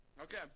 Okay